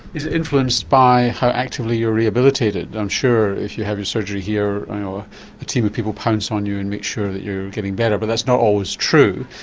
is it influenced by how actually you're rehabilitated? i'm sure if you have your surgery here a team of people pounce on you and make sure that you're getting better but that's not always true,